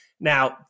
Now